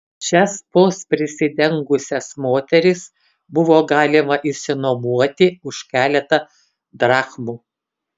šias vos prisidengusias moteris buvo galima išsinuomoti už keletą drachmų